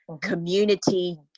community